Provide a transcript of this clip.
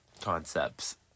concepts